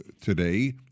today